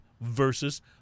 versus